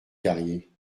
carrier